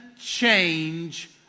change